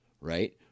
Right